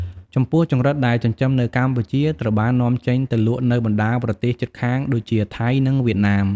ចំពោះចង្រិតដែលចិញ្ចឹមនៅកម្ពុជាត្រូវបាននាំចេញទៅលក់នៅបណ្តាប្រទេសជិតខាងដូចជា ថៃ និងវៀតណាម។